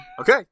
Okay